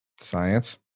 science